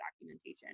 documentation